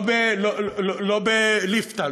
בליפתא,